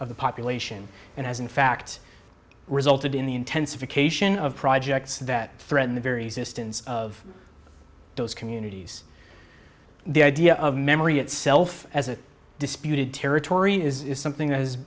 of the population and has in fact resulted in the intensification of projects that threaten the very existence of those communities the idea of memory itself as a disputed territory is something that has